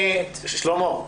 שלמה,